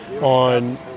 on